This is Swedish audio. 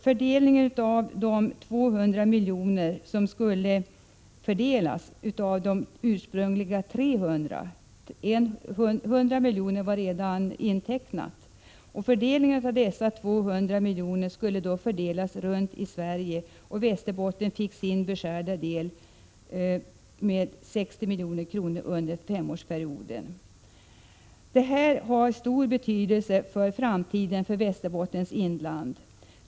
Ursprungligen var det 300 milj.kr. som skulle fördelas, men 100 milj.kr. var redan intecknade. De återstående 200 miljonerna skulle fördelas runt om i Sverige. Västerbotten fick sin beskärda del med 60 milj.kr. under femårsperioden. Detta har stor betydelse för framtiden i Västerbottens inland.